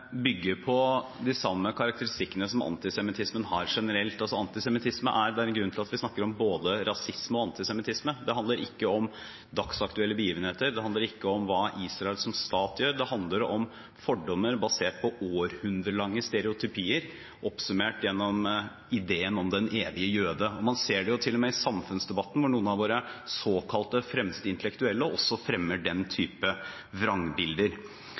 bygger på de samme karakteristikkene som antisemittismen har generelt. Det er en grunn til at vi snakker om både «rasisme» og «antisemittisme»: Det handler ikke om dagsaktuelle begivenheter, det handler ikke om hva Israel som stat gjør; det handler om fordommer basert på århundrelange stereotypier, oppsummert i ideen om «den evige jøde». Man ser det til og med i samfunnsdebatten, hvor noen av våre såkalte fremste intellektuelle også fremmer den type